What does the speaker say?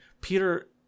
Peter